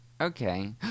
Okay